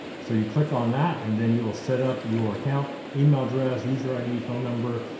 so you click on that and then you will set up your account, email address, user id, phone number.